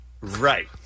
Right